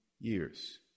years